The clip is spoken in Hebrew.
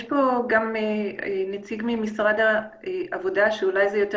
יש פה גם נציג ממשרד העבודה שאולי זה יותר